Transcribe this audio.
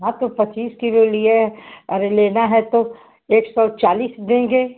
हाँ तो पचीस किलो लिए अरे लेना है तो एक सौ चालीस देंगे